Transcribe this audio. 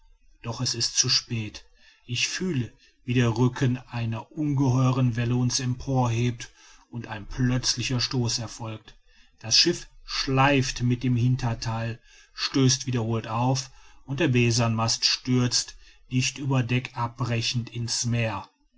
doch es ist zu spät ich fühle wie der rücken einer ungeheuren welle uns emporhebt und ein plötzlicher stoß erfolgt das schiff schleift mit dem hintertheil stößt wiederholt auf und der besanmast stürzt dicht über deck abbrechend in's meer